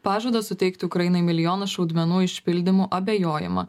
pažado suteikti ukrainai milijoną šaudmenų išpildymu abejojama